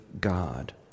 God